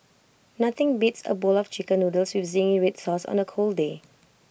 nothing beats A bowl of Chicken Noodles with Zingy Red Sauce on A cold day